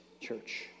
church